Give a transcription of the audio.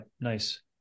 Nice